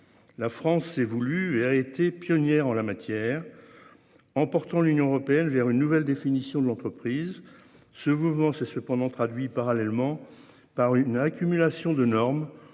La France s'est voulu et a été pionnière en la matière. En portant l'Union européenne vers une nouvelle définition de l'entreprise. Ce mouvement s'est cependant traduit parallèlement par une accumulation de normes